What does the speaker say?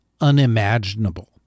unimaginable